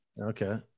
Okay